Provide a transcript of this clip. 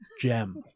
gem